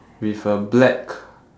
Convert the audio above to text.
with a black